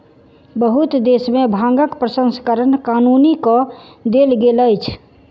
बहुत देश में भांगक प्रसंस्करण कानूनी कअ देल गेल अछि